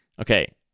Okay